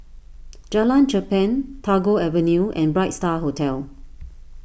Jalan Cherpen Tagore Avenue and Bright Star Hotel